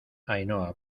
ainhoa